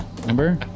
Remember